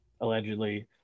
allegedly